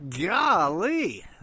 golly